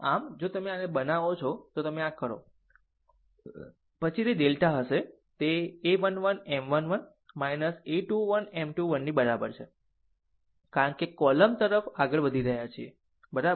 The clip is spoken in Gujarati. આમ જો તમે તેને બનાવો જો તમે આ કરો તો પછી તે ડેલ્ટા હશે તેa 1 1 M 1 1 a 21 M 21 ની બરાબર છે કારણ કે કોલમ તરફ આગળ વધી રહ્યા છીએબરાબર